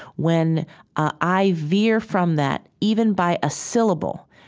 when i veer from that, even by a syllable,